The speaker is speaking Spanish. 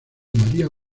maria